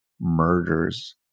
Murders